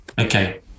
Okay